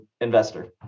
investor